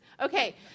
Okay